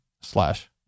slash